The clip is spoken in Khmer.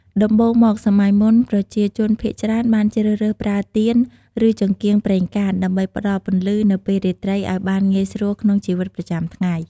ដំបូងមក សម័យមុន ប្រជាជនភាគច្រើនបានជ្រើសរើសប្រើទៀនឬចង្កៀងប្រេងកាត ដើម្បីផ្ដល់ពន្លឺនៅពេលរាត្រីឱ្យបានងាយស្រួលក្នុងជីវិតប្រចាំថ្ងៃ។